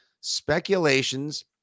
speculations